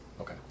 Okay